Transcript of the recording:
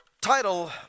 Title